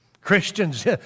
Christians